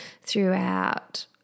throughout